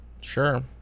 sure